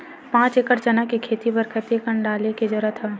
पांच एकड़ चना के खेती बर कते कन डाले के जरूरत हवय?